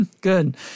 Good